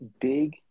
big